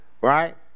Right